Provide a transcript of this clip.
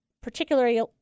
particularly